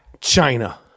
China